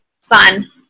fun